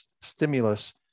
stimulus